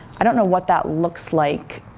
i don't know what that looks like